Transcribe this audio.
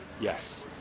Yes